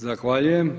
Zahvaljujem.